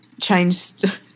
changed